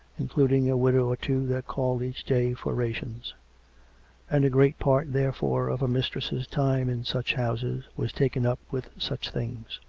including a widow or two that called each day for rations and a great part, therefore, of a mistress's time in such houses was taken up with such things.